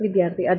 വിദ്യാർത്ഥി അതെ